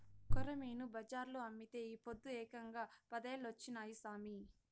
కొరమీను బజార్లో అమ్మితే ఈ పొద్దు ఏకంగా పదేలొచ్చినాయి సామి